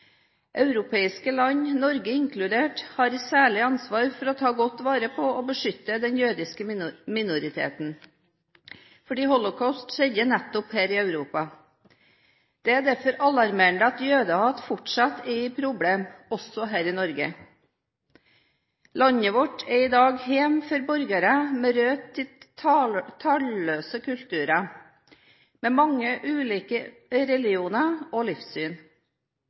Europeiske land, inkludert Norge, har et særlig ansvar for å ta godt vare på og beskytte den jødiske minoriteten, fordi holocaust skjedde nettopp her i Europa. Det er derfor alarmerende at jødehat fortsatt er et problem også her i Norge. Landet vårt er i dag hjem for borgere med røtter i talløse kulturer, med mange ulike religioner og livssyn.